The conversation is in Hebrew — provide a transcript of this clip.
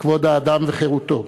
כבוד האדם וחירותו,